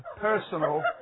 personal